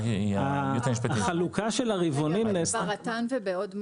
רגע, ברט"ן ובעוד מה?